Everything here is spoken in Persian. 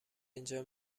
اینجا